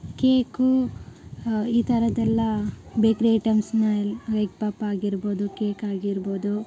cake ಈ ಥರದ್ದೆಲ್ಲಾ bakery ಐಟಮ್ಸ್ನ ಎಲ್ಲ ಎಗ್ ಪಪ್ ಆಗಿರ್ಬೋದು ಕೇಕ್ ಆಗಿರ್ಬೋದು